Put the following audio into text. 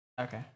Okay